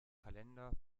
kalender